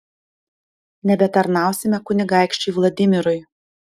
nebetarnausime kunigaikščiui vladimirui